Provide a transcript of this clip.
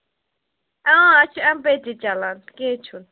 آ اَسہِ چھُ اَیٚم پےٚ تہِ چَلان کیٚنٛہہ چھُنہٕ